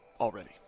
already